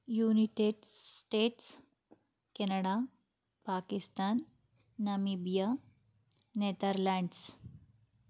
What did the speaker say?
united States Canada Pakistan Namibia Netherlands